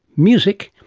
music,